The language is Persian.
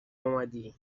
اومدی